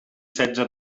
setze